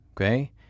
Okay